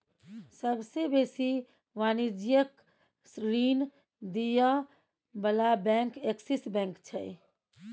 सबसे बेसी वाणिज्यिक ऋण दिअ बला बैंक एक्सिस बैंक छै